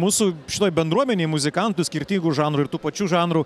mūsų šitoj bendruomenėj muzikantų skirtingų žanrų ir tų pačių žanrų